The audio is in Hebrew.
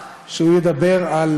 הוא לא מעלה את האי-אמון.